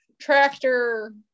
tractor